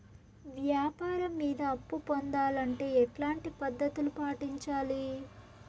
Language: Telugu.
వ్యాపారం మీద అప్పు పొందాలంటే ఎట్లాంటి పద్ధతులు పాటించాలి?